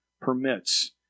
permits